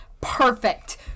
Perfect